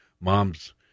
moms